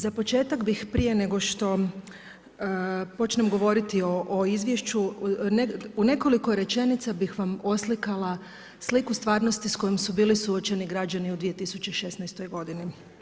Za početak bih prije nego što počnem govoriti o izvješću u nekoliko rečenica bih vam oslikala sliku stvarnosti s kojom su bili suočeni građani u 2016. godini.